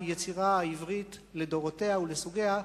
ליצירה העברית לדורותיה ולסוגיה,